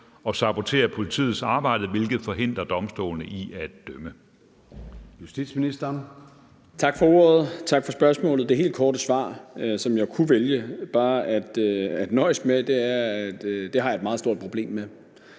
og saboterer politiets arbejde, hvilket forhindrer domstolene i at dømme?